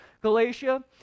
Galatia